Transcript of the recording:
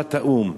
הכרזת האו"ם.